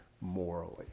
morally